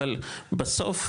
אבל בסוף,